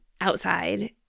outside